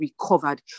recovered